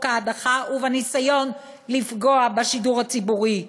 ההדחה ובניסיון לפגוע בשידור הציבורי.